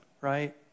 right